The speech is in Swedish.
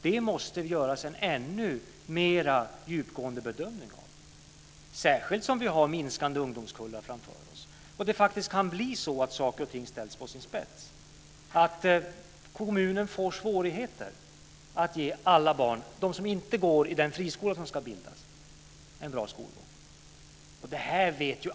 Det måste göras en ännu mer djupgående bedömning av det, särskilt som vi har minskande ungdomskullar framför oss och det kan bli så att saker och ting ställs på sin spets. Kommunen kan få svårigheter att ge alla barn, och de som inte går i den friskola som ska bildas, en bra skolgång.